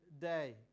day